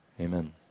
amen